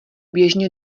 běžně